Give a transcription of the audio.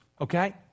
okay